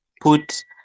put